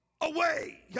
away